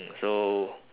mm so